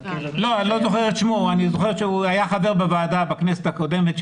אני זוכר שהוא היה חבר בוועדה בכנסת הקודמת,